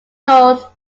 north